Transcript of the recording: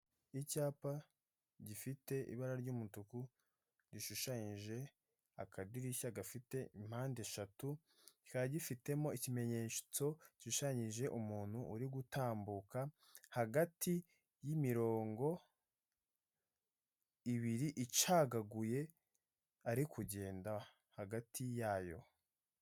Icyapa gifite ibara ry'umutuku rishushanyije akadirishya gafite impande eshatu kikaba gifitemo ikimenyetso gishushanyije umuntu uri gutambuka hagati y'imirongo ibiri icagaguye ari kugenda hagati yayo.